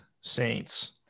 Saints